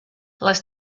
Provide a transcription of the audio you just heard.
les